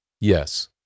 Yes